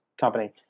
company